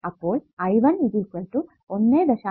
അപ്പോൾ I1 1